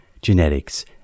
genetics